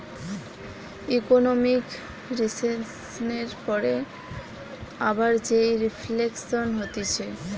economic রিসেসনের পরে আবার যেই রিফ্লেকশান হতিছে